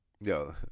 Yo